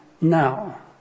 now